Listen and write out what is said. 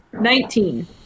Nineteen